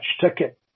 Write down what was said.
ticket